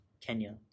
Kenya